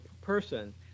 person